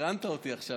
סקרנת אותי עכשיו.